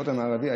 הכותל המערבי,